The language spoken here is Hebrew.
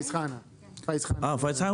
פאיז חנא ממשרד הפנים יושב במועצה.